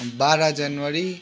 बाह्र जनवरी